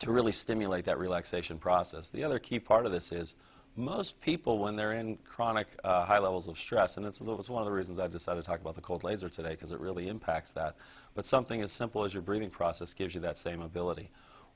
to really stimulate that relaxation process the other key part of this is most people when they're in chronic high levels of stress and it's that was one of the reasons i decided to talk about the cold laser today because it really impacts that but something as simple as your breathing process gives you that same ability